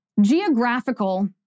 geographical